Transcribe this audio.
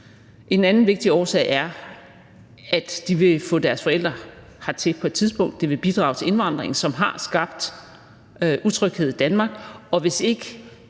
En anden vigtig årsag er, at de vil få deres forældre hertil på et tidspunkt. Det vil bidrage til indvandringen, som har skabt utryghed i Danmark.